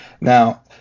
Now